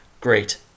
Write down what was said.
great